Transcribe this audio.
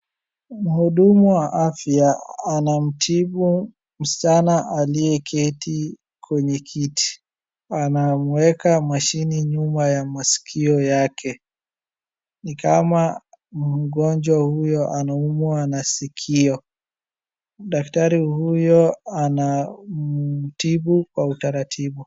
Mhudumu wa afya anamtibu msichana aliyeketi kwenye kiti. Anamuweka mashini nyuma ya masikio yake. Ni kama mgonjwa huyo anaumwa na sikio. Daktari huyo anamtibu kwa utaratibu.